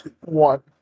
one